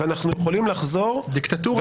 אבל אנחנו יכולים לחזור -- דיקטטורה.